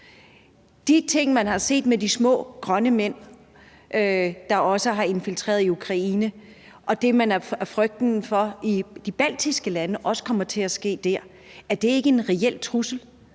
de ting, som man har set med de små grønne mænd, der også har infiltreret i Ukraine, og det, som man i de baltiske lande har frygten for også kommer til at ske der, ikke en reel trussel,